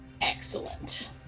Excellent